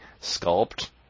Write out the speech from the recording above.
Sculpt